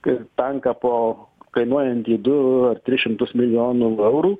kai tanką po kainuojantį du ar tris šimtus milijonų eurų